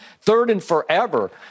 third-and-forever